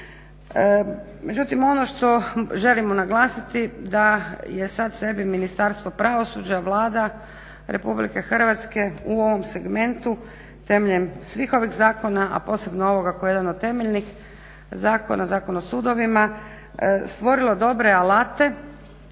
Međutim, ono što želimo naglasiti da je sad sebi Ministarstvo pravosuđa, Vlada RH u ovom segmentu temeljem svih ovih zakona, a posebno ovoga koji je jedan od temeljnih zakona, Zakon o sudovima, stvorilo dobre alate